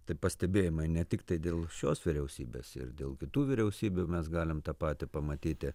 tai pastebėjimai ne tiktai dėl šios vyriausybės ir dėl kitų vyriausybių mes galim tą patį pamatyti